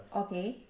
okay